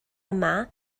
yma